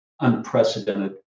unprecedented